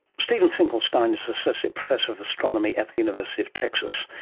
stephen finkelstein is associate professor of astronomy at the university of texas,